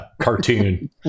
cartoon